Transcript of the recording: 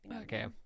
Okay